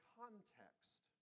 context